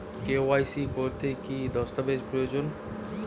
KYC করতে কি দস্তাবেজ প্রয়োজন?